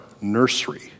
nursery